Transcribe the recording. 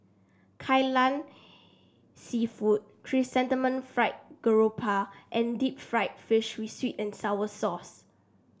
Kai Lan seafood Chrysanthemum Fried Garoupa and Deep Fried Fish with sweet and sour sauce